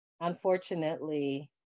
Unfortunately